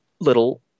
little